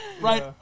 Right